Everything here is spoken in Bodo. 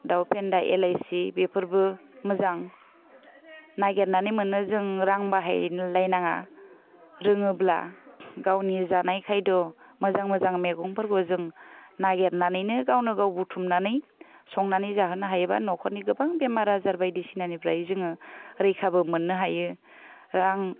दाव फेन्दा एलाइसि बेफोरबो मोजां नाइगिरनानै मोनो जों रां बाहायलायनाङा रोङोब्ला गावनि जानाय खायद' मोजां मोजां मेगंफोरखौ जों नागिरनानैनो गावनो गाव बुथुमनानै संनानै जाहोनो हायो बा नख'रनि गोबां बेमार आजार बायदिसिनानिफ्राय जोङो रैखाबो मोननो हायो रां